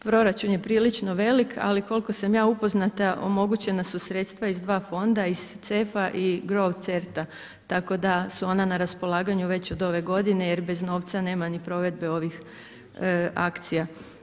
Proračun je prilično velik, ali koliko sam ja upoznata omogućena su sredstva iz dva fonda iz CEF-a i GrowCERT-a tako da su ona na raspolaganju već ove godine jer bez novca nema ni provedbe ovih akcija.